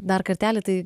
dar kartelį tai